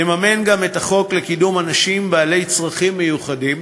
נממן גם את החוק לקידום אנשים עם צרכים מיוחדים,